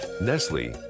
Nestle